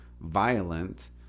violent